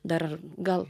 dar gal